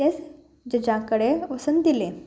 तेंच जज्या कडेन वसून दिलें